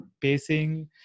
pacing